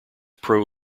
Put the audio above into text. pro